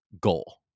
goal